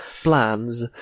plans